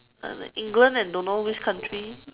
and the England and don't know which country